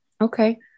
Okay